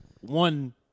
one